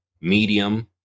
medium